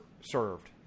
served